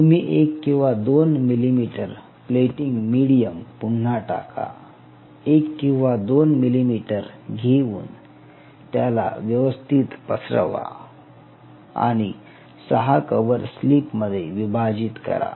तुम्ही एक किंवा दोन मिलिमीटर प्लेटिंग मिडीयम पुन्हा टाका एक किंवा दोन मिलिमीटर घेऊन त्याला व्यवस्थित पसरवा आणि 6 कव्हर स्लिपमध्ये विभाजित करा